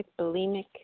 bulimic